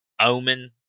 Omen